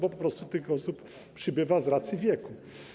Po prostu tych osób przybywa z racji wieku.